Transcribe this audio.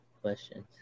questions